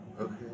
okay